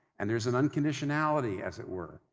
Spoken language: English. and there's an unconditionality, as it were,